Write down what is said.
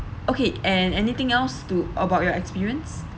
okay and anything else to about your experience